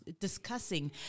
discussing